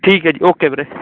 ਠੀਕ ਹੈ ਜੀ ਓਕੇ ਵੀਰੇ